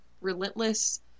relentless